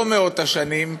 לא מאות השנים,